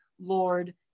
Lord